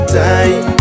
time